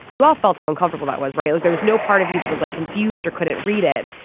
you all felt uncomfortable. that was right. like there was no part of you that was like confused or couldn't read it.